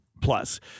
plus